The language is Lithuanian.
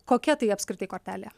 kokia tai apskritai kortelė